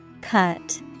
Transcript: Cut